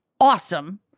awesome